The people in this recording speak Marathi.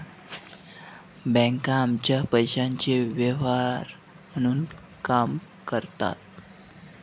बँका आमच्या पैशाचे व्यवहार म्हणून काम करतात